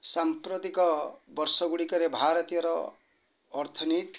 ସାମ୍ପ୍ରତିକ ବର୍ଷ ଗୁଡ଼ିକରେ ଭାରତୀୟର ଅର୍ଥନୀତି